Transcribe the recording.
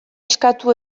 eskatu